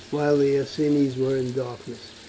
while the iceni were in darkness.